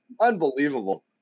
Unbelievable